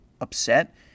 upset